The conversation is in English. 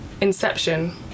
Inception